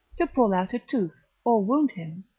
to pull out a tooth, or wound him,